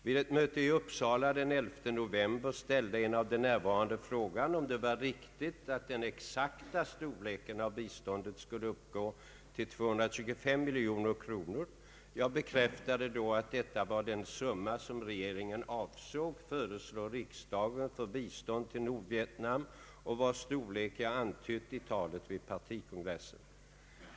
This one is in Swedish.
Vid ett möte i Uppsala den 11 november ställde en av de närvarande frågan, om det var riktigt att den exakta storleken av biståndet skulle uppgå till 225 miljoner kronor. Jag bekräftade då, att detia var den summa som regeringen avsåg att föreslå riksdagen för bistånd till Nordvietnam och vars storlek jag antybt i talet vid partikongressen.